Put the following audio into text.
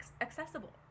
accessible